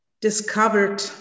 discovered